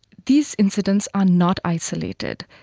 these incidents are not isolated.